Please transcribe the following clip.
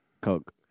Coke